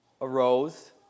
arose